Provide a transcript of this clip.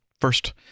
first